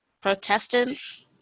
Protestants